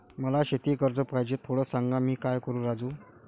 मला शेती कर्ज पाहिजे, थोडं सांग, मी काय करू राजू?